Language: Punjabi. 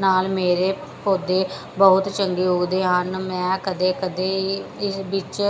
ਨਾਲ ਮੇਰੇ ਪੌਦੇ ਬਹੁਤ ਚੰਗੇ ਉੱਗਦੇ ਹਨ ਮੈਂ ਕਦੇ ਕਦੇ ਇਸ ਵਿੱਚ